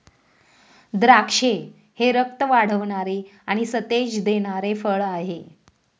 द्राक्षे हे रक्त वाढवणारे आणि सतेज देणारे फळ आहे